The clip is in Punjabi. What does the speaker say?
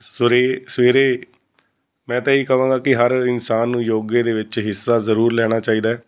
ਸਵੇਰੇ ਸਵੇਰੇ ਮੈਂ ਤਾਂ ਇਹ ਹੀ ਕਹਾਂਗਾ ਕਿ ਹਰ ਇਨਸਾਨ ਨੂੰ ਯੋਗੇ ਦੇ ਵਿੱਚ ਹਿੱਸਾ ਜ਼ਰੂਰ ਲੈਣਾ ਚਾਹੀਦਾ ਹੈ